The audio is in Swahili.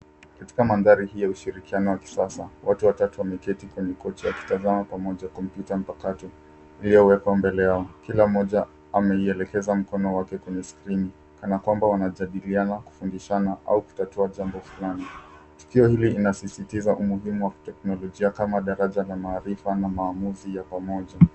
Katika mandhari hii ya ushirikiano wa kisasa, watu watatu wameketi kwenye kochi wakitazama pamoja kompyuta mpakato iliyowekwa mbele yao. Kila mmoja ameielekeza mkono wake kwenye skrini kana kwamba wanajadiliana, kufundishana au kutatua jambo fulani. Tukio hili inasisitiza umuhimu wa teknolojia kama daraja la maarifa na maamuzi ya pamoja.